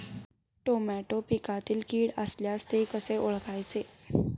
Tomato पिकातील कीड असल्यास ते कसे ओळखायचे?